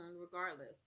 regardless